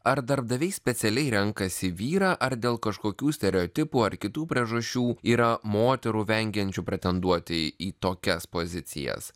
ar darbdaviai specialiai renkasi vyrą ar dėl kažkokių stereotipų ar kitų priežasčių yra moterų vengiančių pretenduoti į tokias pozicijas